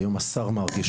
היום השר מרגי,